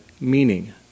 meaning